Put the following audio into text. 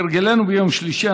כהרגלנו ביום שלישי,